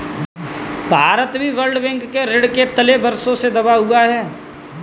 भारत भी world bank के ऋण के तले वर्षों से दबा हुआ है